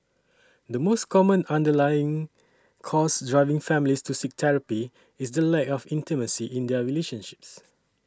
the most common underlying cause driving families to seek therapy is the lack of intimacy in their relationships